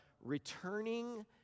Returning